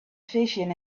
vision